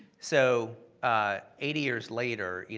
so eighty years later, yeah